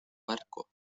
barco